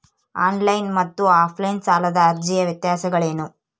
On line ಮತ್ತು offline ಸಾಲದ ಅರ್ಜಿಯ ವ್ಯತ್ಯಾಸಗಳೇನು?